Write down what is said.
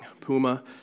Puma